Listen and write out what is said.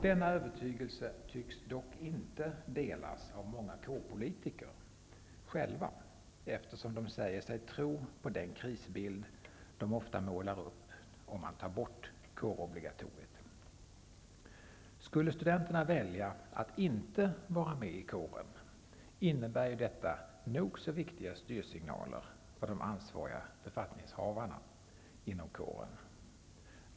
Den övertygelsen tycks dock inte delas av många kårpolitiker själva, eftersom de säger sig tro på den krisbild som de ofta målar upp över hur det blir om man tar bort kårobligatoriet. Skulle studenterna välja att inte vara med i kåren innebär ju detta nog så viktiga styrsignaler för de ansvariga befattningshavarna inom kåren.